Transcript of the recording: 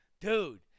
Dude